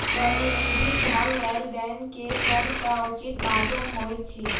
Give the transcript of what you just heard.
प्रतिनिधि धन लेन देन के सभ सॅ उचित माध्यम होइत अछि